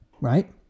right